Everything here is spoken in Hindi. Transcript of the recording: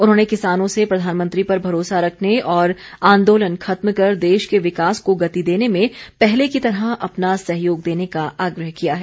उन्होंने किसानों से प्रधानमंत्री पर भरोसा रखने और आंदोलन खत्म कर देश के विकास को गति देने में पहले की तरह अपना सहयोग देने का आग्रह किया है